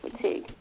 fatigue